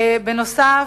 בנוסף,